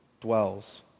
dwells